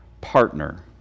partner